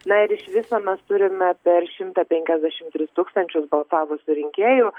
na ir iš viso mes turime per šimtą penkiasdešim tris tūkstančius balsavusių rinkėjų